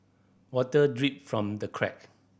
water drip from the crack